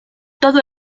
todo